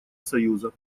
союза